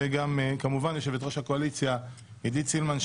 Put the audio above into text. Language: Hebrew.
וגם כמובן יושבת-ראש הקואליציה עידית סילמן,